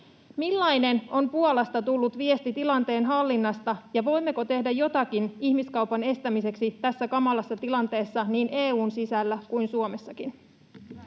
Millainen on Puolasta tullut viesti tilanteen hallinnasta, ja voimmeko tehdä jotakin ihmiskaupan estämiseksi tässä kamalassa tilanteessa niin EU:n sisällä kuin Suomessakin?